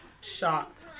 Shocked